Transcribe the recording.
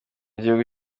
gihugu